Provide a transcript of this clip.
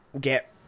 get